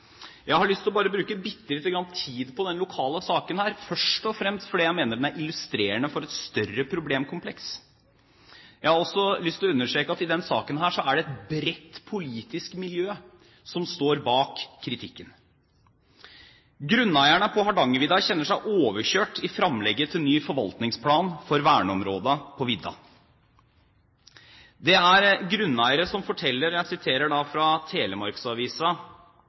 Jeg har lyst til å bruke litt tid på denne lokale saken, først og fremst fordi jeg mener den er illustrerende for et større problemkompleks. Jeg har også lyst til å understreke at i denne saken er det et bredt politisk miljø som står bak kritikken. Grunneierne på Hardangervidda kjenner seg overkjørt i framlegget til ny forvaltningsplan for verneområdene på vidda. Jeg siterer fra Telemarksavisa den 4. september i år, hvor grunneiere forteller